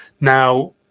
Now